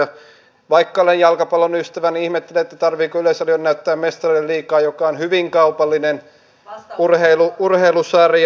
vaikka olen jalkapallon ystävä niin ihmettelen tarvitseeko yleisradion näyttää mestarien liigaa joka on hyvin kaupallinen urheilusarja